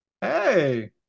Hey